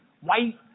white